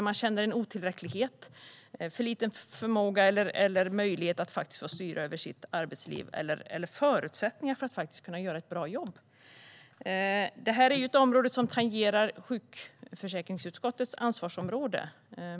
Man känner en otillräcklighet och har för liten förmåga eller möjlighet att styra över sitt arbetsliv och förutsättningarna för att kunna göra ett bra jobb. Det här är ett område som tangerar socialförsäkringsutskottets ansvarsområde.